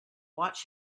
watch